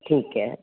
ਠੀਕ ਹੈ